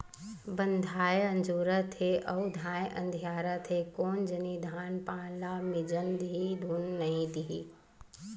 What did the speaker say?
बंधाए अजोरत हे अउ धाय अधियारत हे कोन जनिक धान पान ल मिजन दिही धुन नइ देही